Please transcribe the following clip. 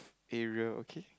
Ariel okay